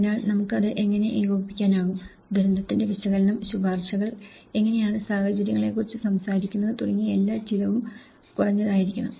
അതിനാൽ നമുക്ക് അത് എങ്ങനെ ഏകോപിപ്പിക്കാനാകും ദുരിതത്തിന്റെ വിശകലനം ശുപാർശകൾ എങ്ങനെയാണു സാഹചര്യങ്ങളെക്കുറിച്ച് സംസാരിക്കുന്നത് തുടങ്ങി എല്ലാം ചിലവും കുറഞ്ഞതായിരിക്കണം